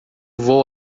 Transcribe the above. vou